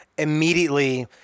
Immediately